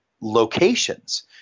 locations